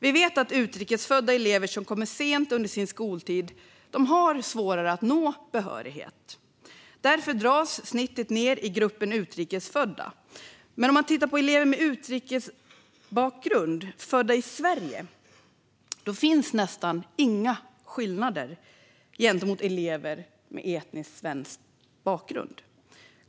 Vi vet att utrikes födda elever som kommer sent under sin skoltid har svårare att nå behörighet. Därför dras snittet ned i gruppen utrikes födda. Men tittar man på elever med utrikesbakgrund födda i Sverige ser man att det nästan inte finns några skillnader gentemot elever med etniskt svensk bakgrund.